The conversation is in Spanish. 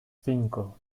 cinco